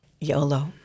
YOLO